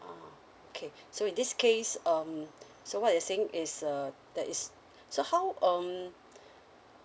ah okay so in this case um so what you're saying is uh that is so how um